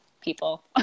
people